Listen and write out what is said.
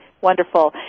Wonderful